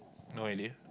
oh really